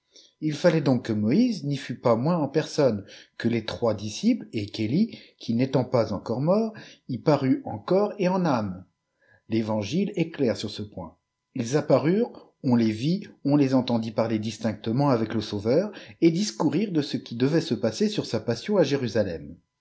il fallait donc que moïse n'y fut pas moins en personne que les trois disciples et qu'eue qui n'étant pas encore mort y parut en corps et en âme l'evangile est clair sur ce point ils apparurent on les vit oh les entendit parler distinctement avec le sauveur et discourir de ce qui devait se passer sur sa passion à jérusalem